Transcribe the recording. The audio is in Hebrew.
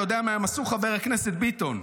אתה יודע מה הם עשו, חבר הכנסת ביטון?